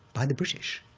by the british.